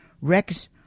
Rex